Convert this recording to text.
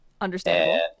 Understandable